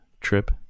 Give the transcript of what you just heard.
trip